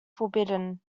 forbidden